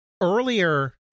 Earlier